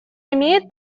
имеет